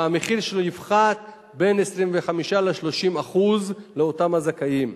והמחיר שלו יפחת בין 25% ל-30% לאותם הזכאים.